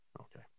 okay